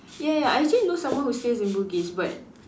ya ya I actually know someone who stays in Bugis but